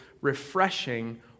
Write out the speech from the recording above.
refreshing